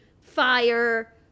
fire